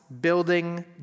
building